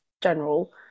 general